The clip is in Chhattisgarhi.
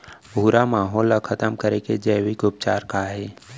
भूरा माहो ला खतम करे के जैविक उपचार का हे?